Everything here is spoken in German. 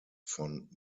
von